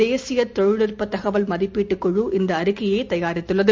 தேசிய தொழில்நுட்ப தகவல் மதிப்பீட்டுக் குழு இந்த அறிக்கையை தயாரித்துள்ளது